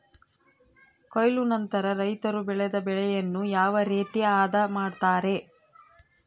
ಕೊಯ್ಲು ನಂತರ ರೈತರು ಬೆಳೆದ ಬೆಳೆಯನ್ನು ಯಾವ ರೇತಿ ಆದ ಮಾಡ್ತಾರೆ?